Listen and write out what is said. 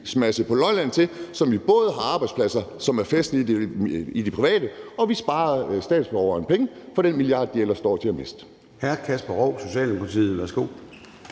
på Lolland på, så vi både har arbejdspladser, som er fæstnet i det private, og sparer statsborgerne for penge, nemlig den milliard, som de ellers står til at miste.